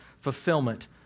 fulfillment